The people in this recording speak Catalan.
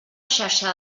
xarxa